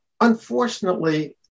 Unfortunately